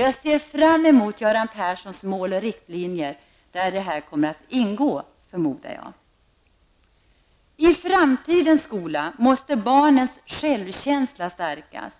Jag ser fram emot Göran Perssons mål och riktlinjer där jag förmodar att detta kommer att ingå. I framtidens skolan måste barnens självkänsla stärkas.